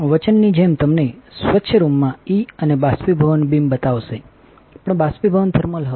વચનની જેમ તમને સ્વચ્છ રૂમમાં ઇ બીમ બાષ્પીભવન અને થર્મલ બાષ્પીભવન પણ બતાવશે